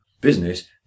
business